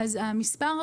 המספר,